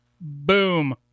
Boom